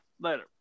Later